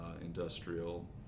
industrial